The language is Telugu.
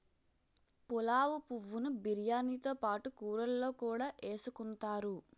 పులావు పువ్వు ను బిర్యానీతో పాటు కూరల్లో కూడా ఎసుకుంతారు